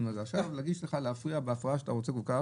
עכשיו להפריע בהפרעה שאתה רוצה כל כך